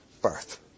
birth